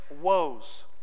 woes